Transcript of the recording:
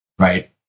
Right